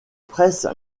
presses